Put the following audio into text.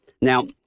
Now